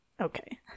Okay